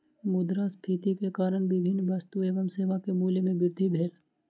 मुद्रास्फीति के कारण विभिन्न वस्तु एवं सेवा के मूल्य में वृद्धि भेल